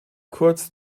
kurz